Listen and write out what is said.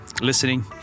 listening